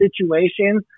situations